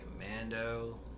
Commando